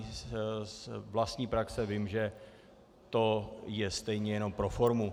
Z vlastní praxe vím, že to je stejně jenom pro formu.